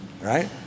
Right